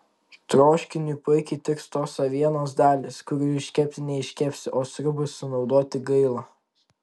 troškiniui puikiai tiks tos avienos dalys kurių iškepti neiškepsi o sriubai sunaudoti gaila